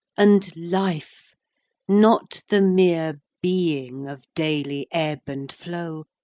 and life not the mere being of daily ebb and flow,